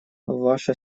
ваша